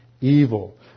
evil